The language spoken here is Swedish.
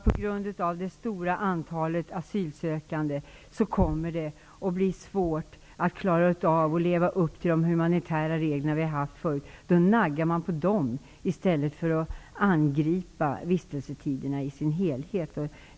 På grund av det stora antalet asylsökande kommer det att bli svårt att leva upp till de humanitära regler som har gällt tidigare. Då naggar man på de reglerna i stället för att angripa problemet med vistelsetiderna i sin helhet.